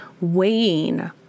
weighing